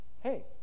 Hey